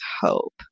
hope